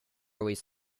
always